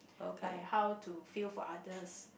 like how to feel for others